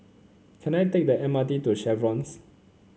can I take the M R T to The Chevrons